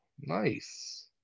Nice